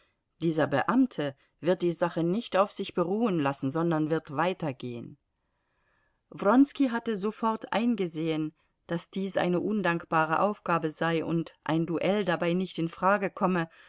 dieser beamte wird die sache nicht auf sich beruhen lassen sondern wird weitergehen wronski hatte sofort eingesehen daß dies eine undankbare aufgabe sei und ein duell dabei nicht in frage komme